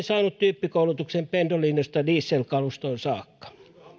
saanut tyyppikoulutuksen pendolinosta dieselkalustoon saakka